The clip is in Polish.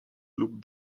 lub